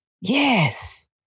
Yes